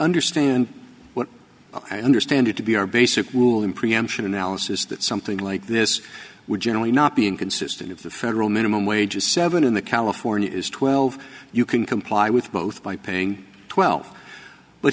understand what i understand it to be our basic rule in preemption analysis that something like this would generally not be inconsistent of the federal minimum wage is seven in the california is twelve you can comply with both by paying twelve but